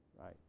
right